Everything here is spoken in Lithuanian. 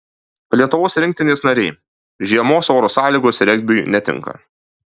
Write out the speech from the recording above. lietuvos rinktinės nariai žiemos oro sąlygos regbiui netinka